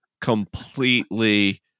completely